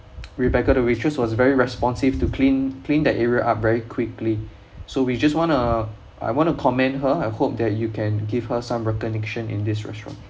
rebecca the waitress was very responsive to clean clean that area up very quickly so we just want to I want to commend her I hope that you can give her some recognition in this restaurant